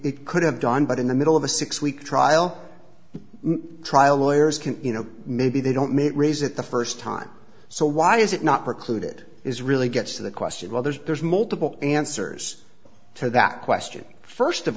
it could have gone but in the middle of a six week trial trial lawyers can you know maybe they don't meet raise it the first time so why is it not precluded is really gets to the question well there's there's multiple answers to that question first of